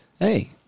Hey